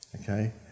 Okay